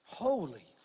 Holy